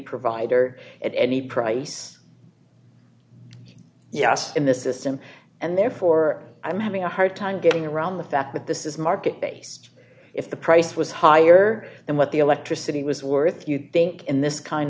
provider at any price yes in the system and therefore i'm having a hard time getting around the fact that this is market based if the price was higher than what the electricity was worth you'd think in this kind